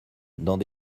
dans